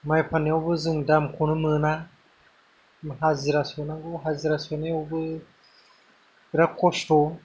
माइ फाननायावबो जों दामखौनो मोना हाजिरा सोनांगौ हाजिरा सोनायावबो बेराद खस्थ'